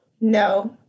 No